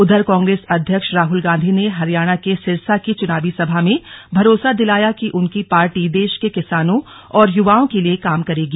उधर कांग्रेस अध्ययक्ष राहुल गांधी ने हरियाणा के सिरसा की चुनावी सभा में भरोसा दिलाया कि उनकी पार्टी देश के किसानों और युवाओं के लिए काम करेगी